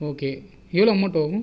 okay எவ்வளோ amount வரும்